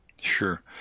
Sure